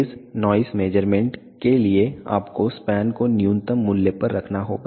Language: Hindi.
फेज नॉइस मेज़रमेंट के लिए आपको स्पैन को न्यूनतम मूल्य पर रखना होगा